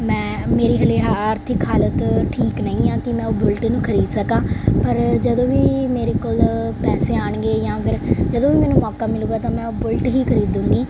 ਮੈਂ ਮੇਰੀ ਹਜੇ ਹ ਆਰਥਿਕ ਆਰਥਿਕ ਹਾਲਤ ਠੀਕ ਨਹੀਂ ਆ ਕਿ ਮੈਂ ਉਹ ਬੁਲਟ ਨੂੰ ਖਰੀਦ ਸਕਾਂ ਪਰ ਜਦੋਂ ਵੀ ਮੇਰੇ ਕੋਲ ਪੈਸੇ ਆਉਣਗੇ ਜਾਂ ਫਿਰ ਜਦੋਂ ਵੀ ਮੈਨੂੰ ਮੌਕਾ ਮਿਲੇਗਾ ਤਾਂ ਮੈਂ ਉਹ ਬੁਲਟ ਹੀ ਖਰੀਦੂੰਗੀ